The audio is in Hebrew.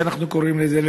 שאנחנו קוראים לזה,